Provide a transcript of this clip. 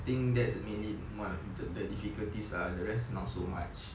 I think that's mainly what the the difficulties are the rest not so much